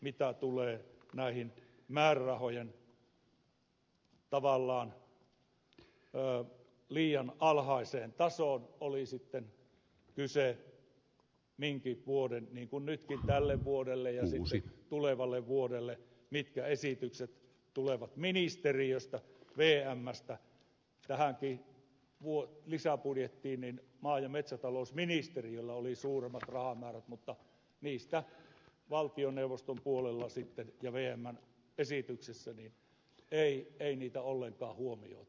mitä tulee näiden määrärahojen tavallaan liian alhaiseen tasoon oli sitten kyse minkin vuoden rahoista niin kuin nytkin tälle vuodelle ja sitten tulevalle vuodelle mitkä esitykset tulevat ministeriöstä vmstä tähänkin lisäbudjettiin niin maa ja metsätalousministeriöllä oli suuremmat rahamäärät mutta valtioneuvoston puolella ja vmn esityksissä ei niitä ollenkaan huomioitu